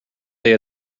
they